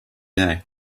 day